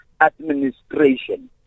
administration